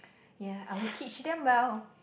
ya I will teach them well